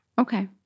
Okay